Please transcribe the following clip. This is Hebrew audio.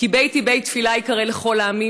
"כי ביתי בית תפילה יקרא לכל העמים",